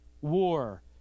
war